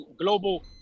global